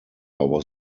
was